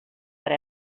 per